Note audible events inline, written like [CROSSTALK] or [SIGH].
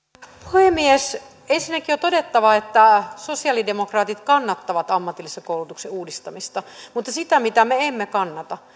puhemies ensinnäkin on todettava että sosiaalidemokraatit kannattavat ammatillisen koulutuksen uudistamista mutta se mitä me emme kannata [UNINTELLIGIBLE]